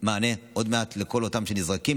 עוד מעט אין מענה לכל אותם נזרקים.